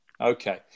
okay